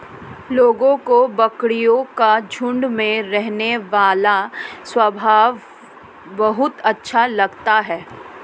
लोगों को बकरियों का झुंड में रहने वाला स्वभाव बहुत अच्छा लगता है